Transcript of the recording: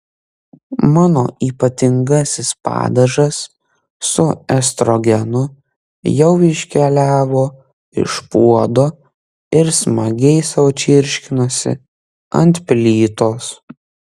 mano ypatingasis padažas su estrogenu jau iškeliavo iš puodo ir smagiai sau čirškinosi ant plytos